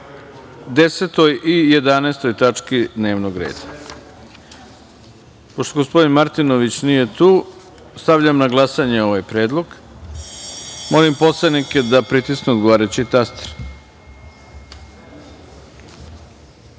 10. i 11. tački dnevnog reda. Pošto gospodin Maritnović nije tu, stavljam na glasanje ovaj predlog. Molim poslanike da pritisnu odgovarajući